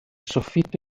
soffitto